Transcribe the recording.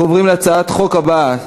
אנחנו עוברים להצעת החוק המוצמדת אליה,